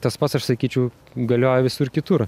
tas pats aš sakyčiau galioja visur kitur